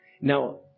Now